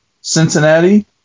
Cincinnati